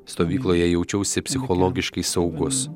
stovykloje jaučiausi psichologiškai saugus